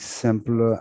simple